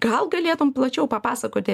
gal galėtum plačiau papasakoti